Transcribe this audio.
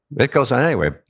it goes on anyway.